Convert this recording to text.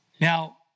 Now